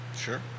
Sure